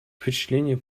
впечатление